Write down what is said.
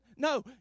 No